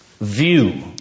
view